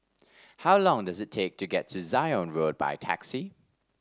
how long does it take to get to Zion Road by taxi